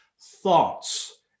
thoughts